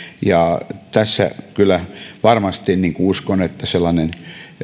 ja tässä kyllä varmasti uskon että sellainen